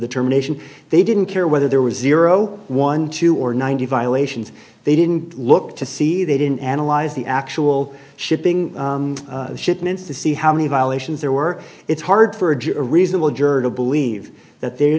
the termination they didn't care whether there was zero one two or ninety violations they didn't look to see they didn't analyze the actual shipping shipments to see how many violations there were it's hard for a reasonable juror to believe that the